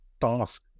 task